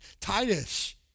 Titus